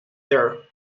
there